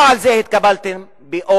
לא על זה התקבלתם ב-OECD.